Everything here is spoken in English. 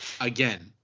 Again